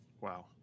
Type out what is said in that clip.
Wow